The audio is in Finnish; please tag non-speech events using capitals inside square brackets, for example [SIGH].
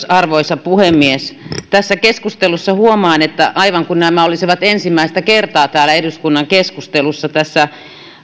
[UNINTELLIGIBLE] arvoisa puhemies tässä keskustelussa huomaan että aivan kuin nämä olisivat ensimmäistä kertaa täällä eduskunnan keskustelussa tässä